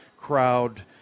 crowd